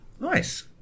nice